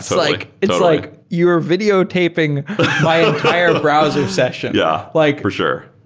like it's like you are videotaping my entire browser session. yeah, like for sure.